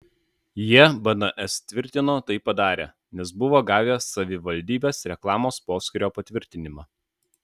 jie bns tvirtino tai padarę nes buvo gavę savivaldybės reklamos poskyrio patvirtinimą